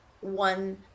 one